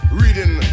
reading